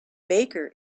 baker